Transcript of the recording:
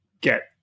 get